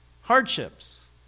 hardships